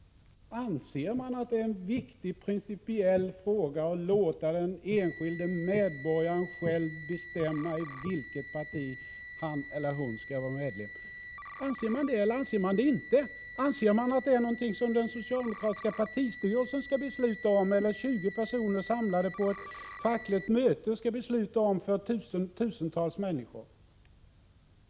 Anser man att det är en viktig principiell fråga att låta den enskilde medborgaren själv bestämma i vilket parti han eller hon skall vara medlem, eller anser man det inte? Menar man att det är något som den socialdemokratiska partistyrelsen skall besluta om eller något som 20 personer församlade på ett fackligt möte skall besluta om för tusentals människor?